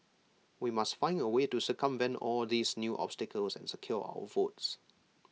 we must find A way to circumvent all these new obstacles and secure our votes